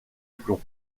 plomb